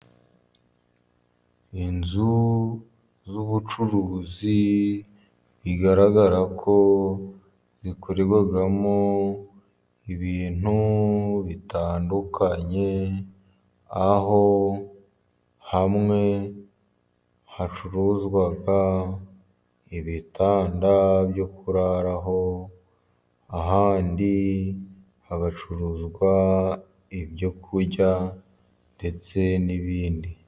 Inzu z'ubucuruzi bigaragara ko zikorerwamo ibintu bitandukanye, aho hamwe hacuruzwa ibitanda byo kuraraho, ahandi hagacuruzwa ibyokurya ndetse n'ibindi.